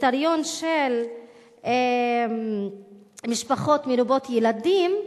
קריטריון של משפחות מרובות ילדים.